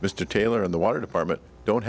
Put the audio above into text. mr taylor in the water department don't